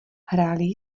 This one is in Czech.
hráli